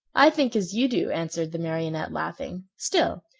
i think as you do, answered the marionette, laughing. still,